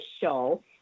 show